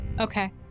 Okay